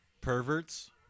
perverts